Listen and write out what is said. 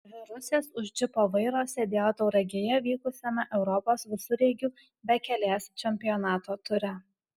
dvi rusės už džipo vairo sėdėjo tauragėje vykusiame europos visureigių bekelės čempionato ture